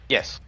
Yes